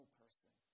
person